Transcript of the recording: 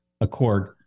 accord